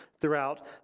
throughout